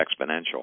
exponential